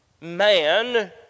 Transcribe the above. Man